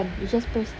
done you just press